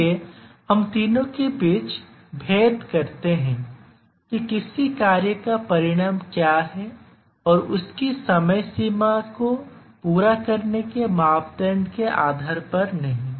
इसलिए हम इन तीनों के बीच भेद करते हैं कि किसी कार्य का परिणाम क्या है और उसकी समय सीमा को पूरा करने के मापदंड के आधार पर नहीं